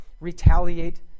retaliate